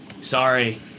sorry